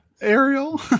Ariel